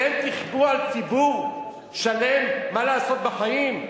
אתם תכפו על ציבור שלם מה לעשות בחיים,